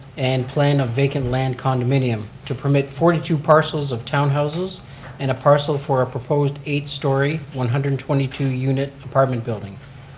and plan of vacant land condominium to permit forty two parcels of townhouses and a parcel for a proposed eight-story, one hundred and twenty two unit apartment building.